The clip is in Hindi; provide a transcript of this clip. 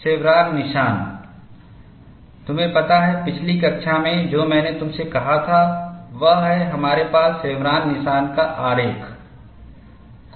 शेवरॉन निशान तुम्हें पता है पिछली कक्षा में जो मैंने तुमसे कहा था वह है हमारे पास शेवरॉन निशान का आरेख है